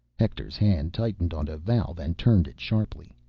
hector's hand tightened on a valve and turned it sharply.